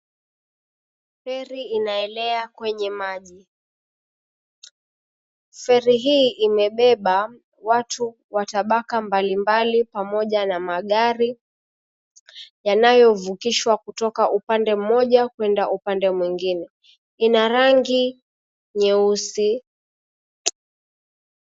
Feri inaelea kwenye maji. Feri hii imebeba watu wa tabaka mbalimbali pamoja na magari, yanayovukishwa kutoka upande mmoja kwenda upande mwingine. Ina rangi nyeusi.